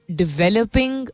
developing